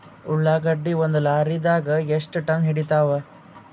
ಉಳ್ಳಾಗಡ್ಡಿ ಒಂದ ಲಾರಿದಾಗ ಎಷ್ಟ ಟನ್ ಹಿಡಿತ್ತಾವ?